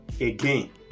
again